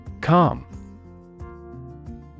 Calm